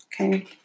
Okay